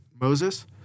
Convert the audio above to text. Moses